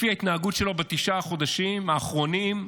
לפי ההתנהגות שלו בתשעת החודשים האחרונים,